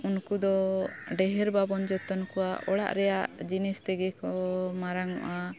ᱩᱱᱠᱩ ᱫᱚ ᱰᱷᱮᱨ ᱵᱟᱵᱚᱱ ᱡᱚᱛᱚᱱ ᱠᱚᱣᱟ ᱚᱲᱟᱜ ᱨᱮᱭᱟᱜ ᱡᱤᱱᱤᱥ ᱛᱮᱜᱮ ᱠᱚ ᱢᱟᱨᱟᱝᱚᱜᱼᱟ